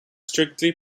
strictly